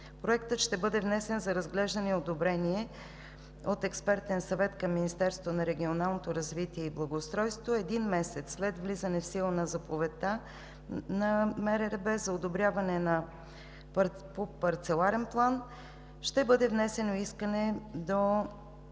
Проектът ще бъде внесен за разглеждане и одобрение от експертен съвет към Министерството на регионалното развитие и благоустройството. Един месец след влизане в сила на заповедта на МРРБ за одобряване по Парцеларен план ще бъде внесено искане до